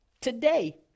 Today